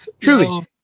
truly